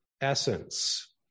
essence